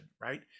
right